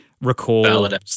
recall